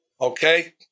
Okay